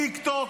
טיקטוק,